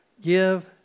Give